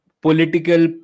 political